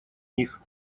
них